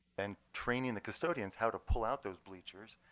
and training the custodians how to pull out those bleachers